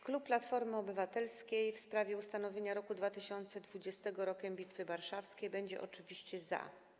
Klub Platformy Obywatelskiej w sprawie ustanowienia roku 2020 Rokiem Bitwy Warszawskiej będzie oczywiście za.